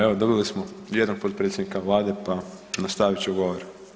Evo dobili smo jednog potpredsjednika Vlade, pa nastavit ću govor.